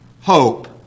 hope